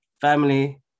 Family